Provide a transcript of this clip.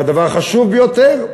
והדבר החשוב ביותר,